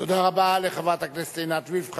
תודה רבה לחברת הכנסת עינת וילף.